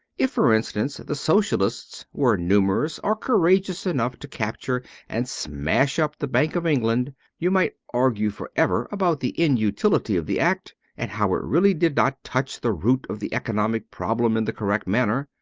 if, for instance, the socialists were numerous or courageous enough to capture and smash up the bank of england you might argue for ever about the inutility of the act, and how it really did not touch the root of the economic problem in the correct manner.